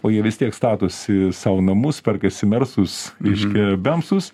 o jie vis tiek statosi sau namus perkasi mersus reiškia bemsus